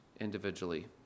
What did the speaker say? individually